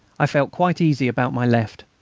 i felt quite easy about my left.